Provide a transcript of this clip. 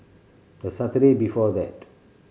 the Saturday before that